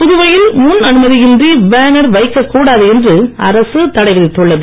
புதுவையில் முன் அனுமதியின்றி பேனர் வைக்கக் கூடாது என்று அரசு தடை விதித்துள்ளது